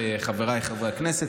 חבריי חברי הכנסת,